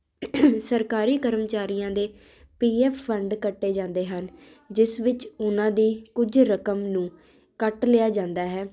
ਸਰਕਾਰੀ ਕਰਮਚਾਰੀਆਂ ਦੇ ਪੀਐਫ ਫੰਡ ਕੱਟੇ ਜਾਂਦੇ ਹਨ ਜਿਸ ਵਿੱਚ ਉਹਨਾਂ ਦੀ ਕੁਝ ਰਕਮ ਨੂੰ ਕੱਟ ਲਿਆ ਜਾਂਦਾ ਹੈ